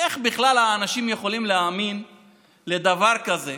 איך בכלל האנשים יכולים להאמין לדבר כזה